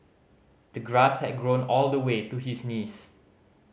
the grass had grown all the way to his knees